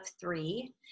three